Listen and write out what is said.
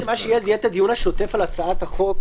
מה שיהיה זה הדיון השוטף על הצעת החוק,